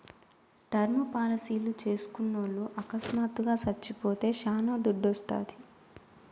term పాలసీలు చేస్కున్నోల్లు అకస్మాత్తుగా సచ్చిపోతే శానా దుడ్డోస్తాది